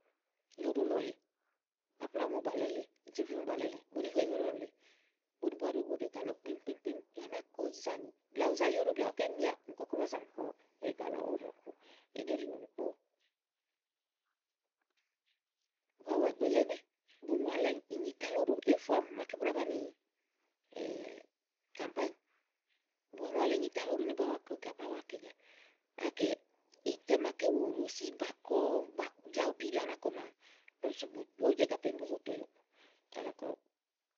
Nyo óɖo lɔ lèe aplawú mò bàlɛ́ le, céví mò bàlɛ le búni ne nyo óɖo lɔ lèe. Búni búá ɛɖí bù ɖe ègà lɔ kpíìm kpíìm bìà bú ná kɔ ùzànì bìà bù zàyi óɖò bìà bùú kɛ míá únì kɔ̀ɔkɔ bá za mì kɔ ègà lɔ ówò Nɔ̀ku. kíni ɛɖí nyòo ìnùkpoówò bùwa wa ìgbè le ɛnɛ́, bu ŋùàlà inyi tálɔ óɖò eyéfo àámi màa bu ɖàá banìi kàmráànyɛ̀. ba ŋùàlà ínyi tálɔ ni bàáa wa kɔ ègà, bàáa wa kɔ ègà. gàké ítɛ màaké wùlò si bá kɔ bìà bùú bi bìà ú kɔ maa úni sú ówó òó jɔ ègà plémú bó zò to óyo bà zà kɔówòò.